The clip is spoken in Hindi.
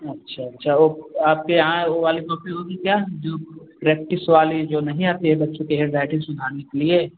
अच्छा अच्छा ओ आपके यहाँ ओ वाली कॉपी होगी क्या जो प्रैक्टिस वाली जो नहीं आती है बच्चों की हेंड राइटिंग सुधारने के लिए